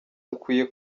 dukwiye